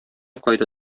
кайда